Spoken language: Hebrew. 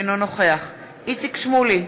אינו נוכח איציק שמולי,